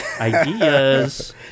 ideas